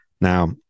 Now